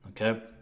Okay